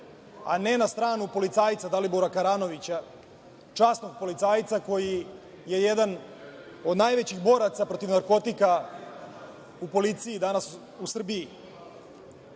a ne stranu policajca Dalibora Karanovića, časnog policajca koji je jedan od najvećih boraca protiv narkotika u policiji danas, u Srbiji. Iza